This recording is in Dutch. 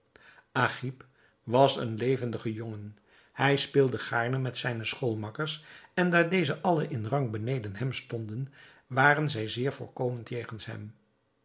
agib was een levendige jongen hij speelde gaarne met zijne schoolmakkers en daar deze allen in rang beneden hem stonden waren zij zeer voorkomend jegens